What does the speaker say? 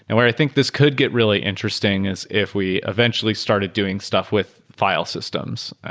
and where i think this could get really interesting is if we eventually started doing stuff with file systems,